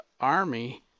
army